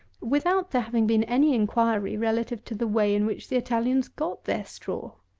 without there having been any inquiry relative to the way in which the italians got their straw!